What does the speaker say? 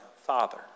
Father